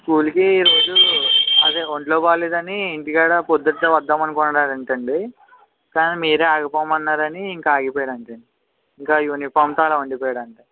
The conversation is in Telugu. స్కూల్కి రోజూ అదే ఒంట్లో బాగాలేదని ఇంటికాడ పొద్దుటే వద్దామనుకున్నాడంట అండి కానీ మీరే ఆగిపోమన్నారని ఇంక ఆగిపోయాడంట అండి ఇంక యూనిఫామ్తో అలా ఉండిపోయాడంట